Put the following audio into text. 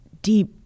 deep